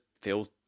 feels